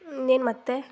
ಇನ್ನೇನು ಮತ್ತೆ